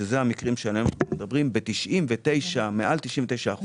שזה המקרים שעליהם מדברים ב-99% מעל 99%